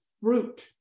fruit